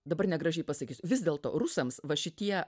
dabar negražiai pasakysiu vis dėlto rusams va šitie